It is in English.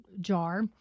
jar